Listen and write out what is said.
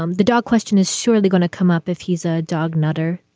um the dog question is surely going to come up if he's a dog nutter.